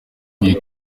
uyu